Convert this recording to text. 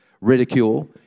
ridicule